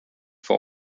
for